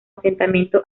asentamiento